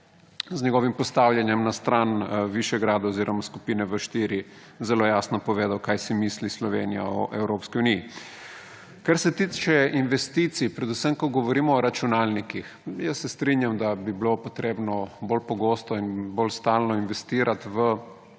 s svojim postavljanjem na stran Višegrada oziroma skupine V4 je zelo jasno povedal, kaj si misli Slovenija o Evropski uniji. Kar se tiče investicij, predvsem ko govorimo o računalnikih. Se strinjam, da bi bilo potrebno bolj pogosto in bolj stalno investirati v